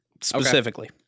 specifically